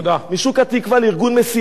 משוק התקווה לארגון מסיל"ה.